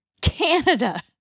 canada